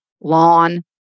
lawn